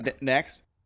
Next